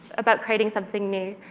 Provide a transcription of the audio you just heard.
about creating something new.